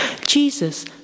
jesus